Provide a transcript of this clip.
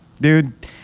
Dude